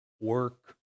Work